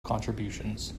contributions